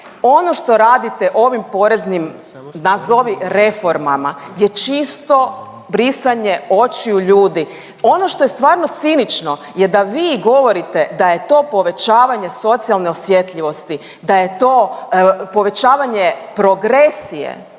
ono što radite ovim poreznim, nazovi reformama je čisto brisanje očiju ljudi. Ono što je stvarno cinično je da vi govorite da je to povećavanje socijalne osjetljivosti, da je to povećavanje progresije.